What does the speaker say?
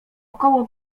około